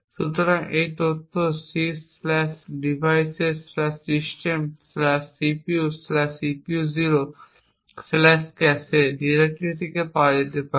সুতরাং এই তথ্য sysdevicessystemcpucpu0cache ডিরেক্টরি থেকে প্রাপ্ত করা যেতে পারে